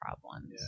problems